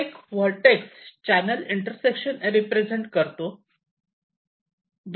प्रत्येक vertex channel intersection represent करतो